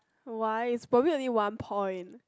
why is probably one point